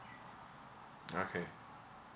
okay